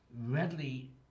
readily